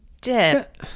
dip